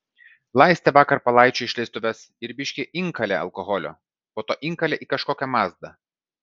laistė vakar palaičio išleistuves ir biškį inkalė alkoholio po to inkalė į kažkokią mazdą